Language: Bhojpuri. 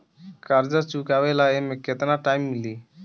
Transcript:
कर्जा चुकावे ला एमे केतना टाइम मिली?